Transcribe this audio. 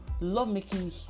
lovemaking